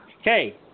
Okay